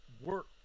work